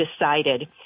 decided